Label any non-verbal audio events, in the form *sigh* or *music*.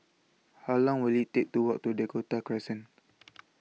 How Long Will IT Take to Walk to Dakota Crescent *noise*